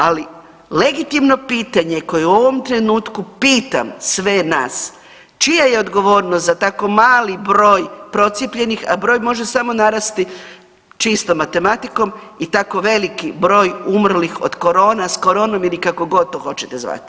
Ali, legitimno pitanje koje u ovom trenutku pitam sve nas, čija je odgovornost za tako mali broj procijepljenih, a broj može samo narasti čistom matematikom i tako veliki broj umrlih od korona, s koronom ili kako god to hoćete zvati.